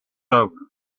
over